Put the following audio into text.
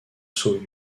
soo